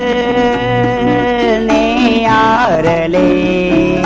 a i mean a